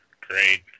great